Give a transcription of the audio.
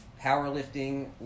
powerlifting